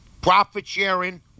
profit-sharing